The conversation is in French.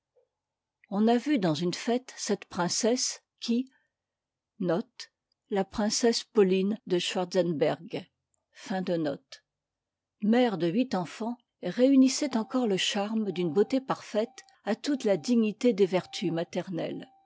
on a vu dans une fête cette princesse qui mère de huit enfants réunissait encore le charme d'une beauté parfaite à toute la dignité des vertus maternelles